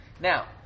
Now